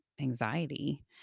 anxiety